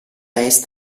est